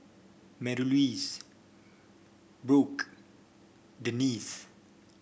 Marylouise Brooke Denise